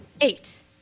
Eight